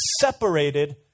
separated